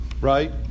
right